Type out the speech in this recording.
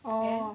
oh